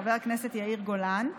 חבר הכנסת יאיר גולן.